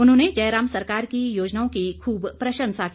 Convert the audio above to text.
उन्होंने जयराम सरकार की योजनाओं की खूब प्रशंसा की